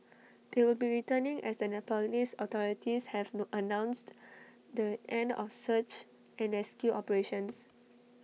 they will be returning as the Nepalese authorities have no announced the end of search and rescue operations